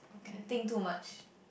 ya think too much